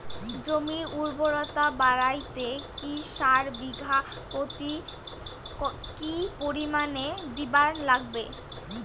জমির উর্বরতা বাড়াইতে কি সার বিঘা প্রতি কি পরিমাণে দিবার লাগবে?